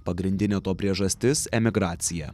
pagrindinė to priežastis emigracija